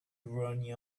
running